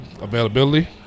Availability